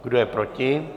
Kdo je proti?